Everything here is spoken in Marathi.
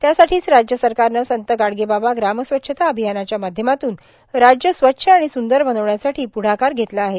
त्यासाठीच राज्य सरकारनं संत गाडगेबाबा ग्रामस्वच्छता अभियानाच्या माध्यमातून राज्य स्वच्छ आणि सुंदर बनवण्यासाठी प्रढाकार घेतला आहे